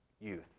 youth